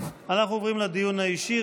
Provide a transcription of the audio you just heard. אנחנו עוברים לדיון אישי.